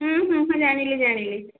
ମୁଁ ଜାଣିଲି ଜାଣିଲି